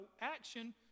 action